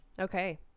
okay